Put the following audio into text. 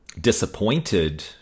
disappointed